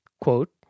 quote